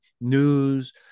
news